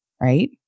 right